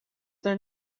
there